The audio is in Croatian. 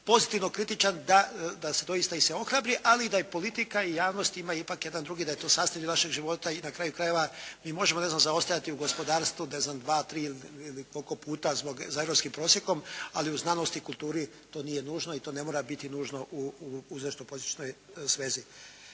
pozitivno kritičan da se doista i sve ohrabri, ali da i politika i javnost ima ipak jedan drugi, da je to sastavni dio našeg života i na kraju krajeva mi možemo ne znam zaostajati u gospodarstvu ne znam dva-tri ili koliko puta za europskim prosjekom, ali u znanosti i kulturi to nije nužno i to ne mora biti nužno u uzrečno … /Ne